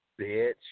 bitch